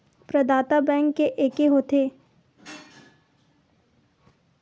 प्रदाता बैंक के एके होथे?